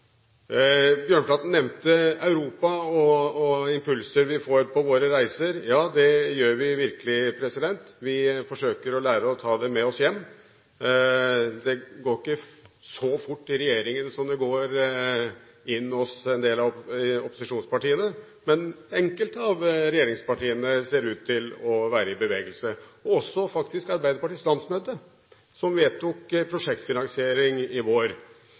Bjørnflaten nevnte Europa og impulser vi får på våre reiser. Ja, det får vi virkelig, vi forsøker å lære og ta det med oss hjem. Det går ikke så fort inn hos regjeringen som det gjør hos en del av opposisjonspartiene, men enkelte av regjeringspartiene ser ut til å være i bevegelse – og Arbeiderpartiets landsmøte vedtok prosjektfinansiering i vår.